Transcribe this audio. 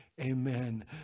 Amen